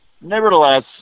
nevertheless